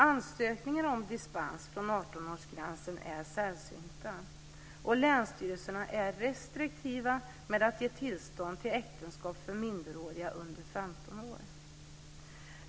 Ansökningar om dispens från 18-årsgränsen är sällsynta, och länsstyrelserna är restriktiva med att ge tillstånd till äktenskap för minderåriga under 15 år.